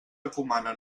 recomana